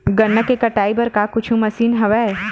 गन्ना के कटाई बर का कुछु मशीन हवय?